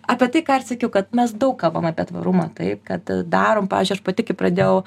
apie tai ką ir sakiau kad mes daug kalbam apie tvarumą taip kad darom pavyzdžiui aš pati kai pradėjau